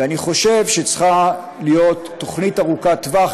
ואני חושב שצריכה להיות תוכנית ארוכת טווח,